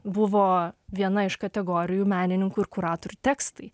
buvo viena iš kategorijų menininkų ir kuratorių tekstai